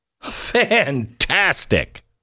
Fantastic